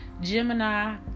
Gemini